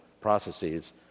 processes